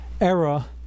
era